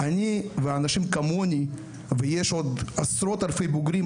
אני ואנשים כמוני ויש עוד עשרות אלפי בוגרים,